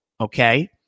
okay